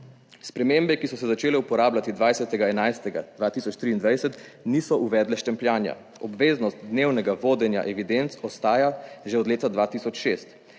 spremembe, ki so se začele uporabljati 20. 11. 2023 niso uvedle štempljanja. Obveznost dnevnega vodenja evidenc ostaja že od leta 2006.